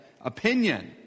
Opinion